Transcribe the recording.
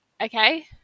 Okay